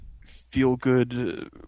feel-good